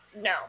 No